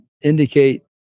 indicate